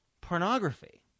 pornography